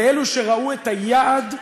לאלה שראו את היעד,